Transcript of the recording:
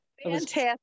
Fantastic